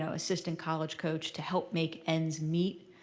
so assistant college coach to help make ends meet.